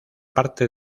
parte